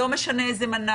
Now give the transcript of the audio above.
לא איזו משנה.